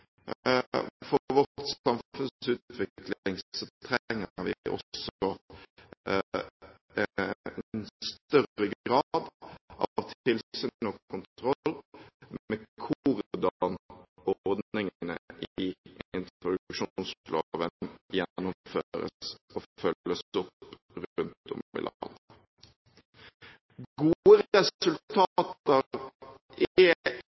for vårt samfunns utvikling, trenger vi også en større grad av tilsyn og kontroll med hvordan ordningene i introduksjonsloven gjennomføres og følges opp rundt om i landet. Gode resultater er ikke bare i den enkeltes interesse. Gode